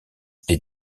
des